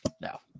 no